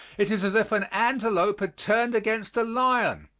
it is as if an antelope had turned against a lion.